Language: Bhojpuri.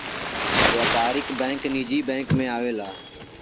व्यापारिक बैंक निजी बैंक मे आवेला